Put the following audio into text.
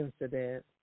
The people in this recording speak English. incident